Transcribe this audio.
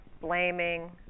blaming